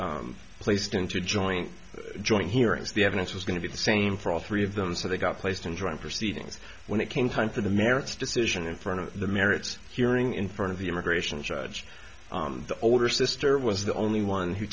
got placed into a joint joint hearings the evidence was going to be the same for all three of them so they got placed in joint proceedings when it came time for the merits decision in front of the merits hearing in front of the immigration judge the older sister was the only one who